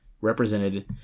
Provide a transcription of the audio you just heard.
represented